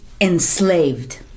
enslaved